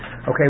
okay